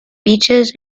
beaches